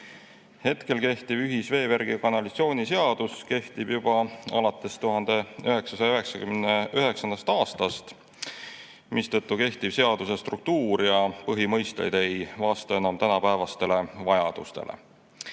Kehtiv ühisveevärgi ja ‑kanalisatsiooni seadus kehtib juba alates 1999. aastast, mistõttu kehtiva seaduse struktuur ja põhimõisted ei vasta enam tänapäevastele vajadustele.